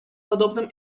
подобным